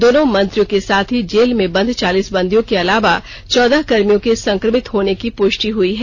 दोनों मंत्रियों के साथ ही जेल में बंद चालीस बंदियों के अलावा चौदह कर्मियों के संक्रमित होने की पुष्टि हुई है